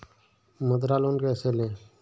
मुद्रा लोन कैसे ले?